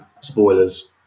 spoilers